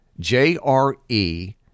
jre